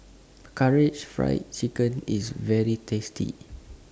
Karaage Fried Chicken IS very tasty